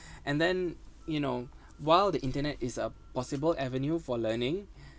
and then you know while the internet is a possible avenue for learning